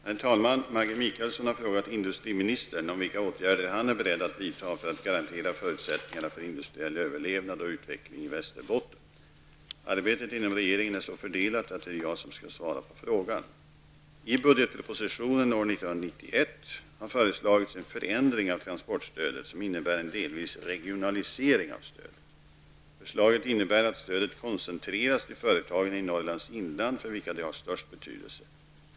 Herr talman! Maggi Mikaelsson har frågat industriministern om vilka åtgärder han är beredd att vidta för att garantera förutsättningarna för industriell överlevnad och utveckling i Arbetet inom regeringen är så fördelat att det är jag som skall svara på frågan. I budgetpropositionen år 1991 har föreslagits en förändring av transportstödet som innebär en delvis regionalisering av stödet. Förslaget innebär att stödet koncentreras till företagen i Norrlands inland för vilka det har störst betydelse.